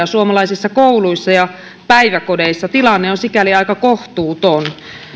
suomalaisissa kouluissa ja päiväkodeissa tilanne on sikäli aika kohtuuton